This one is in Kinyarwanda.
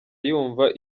yumva